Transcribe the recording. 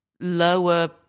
lower